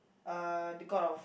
uh the god of